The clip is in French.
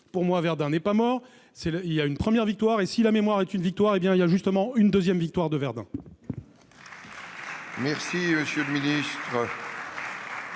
Selon moi, Verdun n'est pas morte ! Il y a eu une première victoire, et, si la mémoire est une victoire, alors il y aura justement une seconde victoire de Verdun.